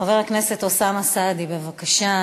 חבר הכנסת אוסאמה סעדי, בבקשה.